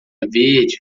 verde